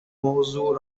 موضوع